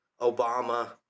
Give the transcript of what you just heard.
Obama